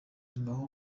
ngaho